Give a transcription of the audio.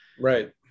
right